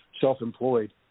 self-employed